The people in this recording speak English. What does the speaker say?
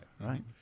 right